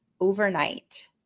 overnight